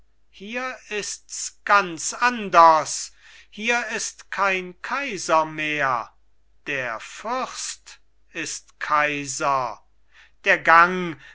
hier ists ganz anders hier ist kein kaiser mehr der fürst ist kaiser der gang